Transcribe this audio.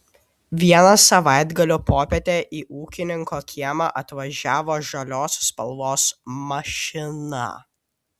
vieną savaitgalio popietę į ūkininko kiemą atvažiavo žalios spalvos mašina